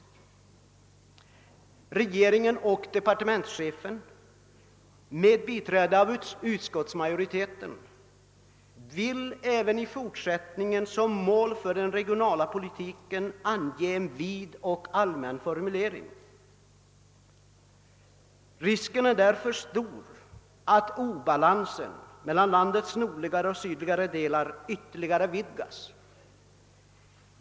Regeringen och departementschefen, med biträde av utskottsmajoriteten, vill även i fortsättningen som mål för den regionala politiken använda en vid och allmän formulering. Risken är därför stor att obalansen mellan landets sydligare och nordligare delar ytterligare ökas.